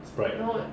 sprite